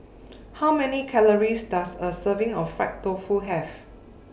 How Many Calories Does A Serving of Fried Tofu Have